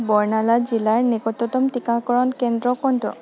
বৰ্ণালা জিলাৰ নিকটতম টীকাকৰণ কেন্দ্ৰ কোনটো